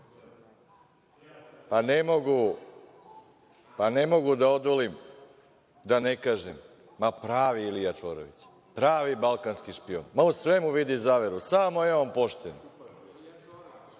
mogu mogu da odolim da ne kažem, ma pravi Ilija Čvorović, pravi balkanski špijun. U svemu vidi zaveru, samo je on pošten.